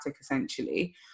essentially